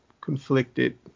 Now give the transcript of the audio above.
conflicted